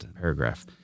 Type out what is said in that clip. paragraph